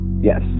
Yes